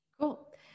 Cool